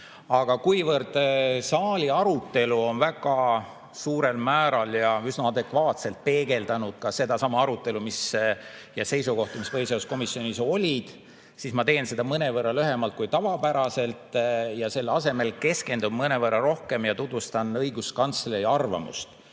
Aga kuivõrd saali arutelu on väga suurel määral ja üsna adekvaatselt peegeldanud sedasama arutelu ja samu seisukohti, mis põhiseaduskomisjonis olid, siis ma teen seda mõnevõrra lühemalt kui tavapäraselt ja selle asemel keskendun mõnevõrra rohkem õiguskantsleri arvamusele